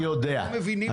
אני יודע,